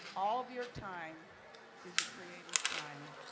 all of your time is your creator's time,